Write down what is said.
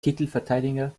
titelverteidiger